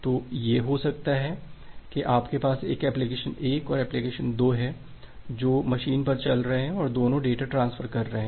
तो यह ऐसा ही है आपके पास यह एप्लिकेशन 1 और एप्लिकेशन 2 है जो मशीन पर चल रहे हैं और दोनों डेटा ट्रांसफर कर रहे हैं